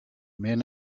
men